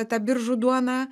ta biržų duona